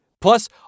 Plus